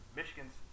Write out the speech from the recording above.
Michigan's